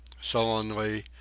sullenly